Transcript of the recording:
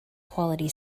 quality